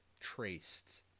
Traced